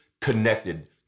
connected